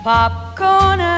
Popcorn